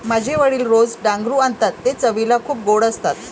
माझे वडील रोज डांगरू आणतात ते चवीला खूप गोड असतात